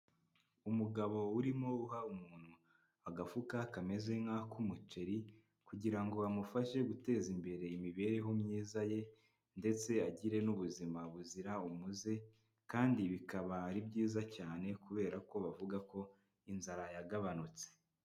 Umugabo urimo uha umuntu agafuka kameze nk'ak'umuceri kugira ngo bamufashe guteza imbere imibereho myiza ye ndetse agire n'ubuzima buzira umuze kandi bikaba ari byiza cyane kubera ko bavuga ko inzara yagabanutse.